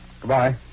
Goodbye